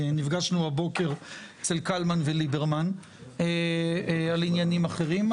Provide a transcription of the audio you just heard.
נפגשנו בבוקר, אצל קלמן וליברמן על עניינים אחרים.